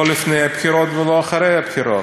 לא לפני הבחירות ולא אחרי הבחירות.